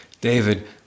David